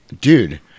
dude